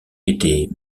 était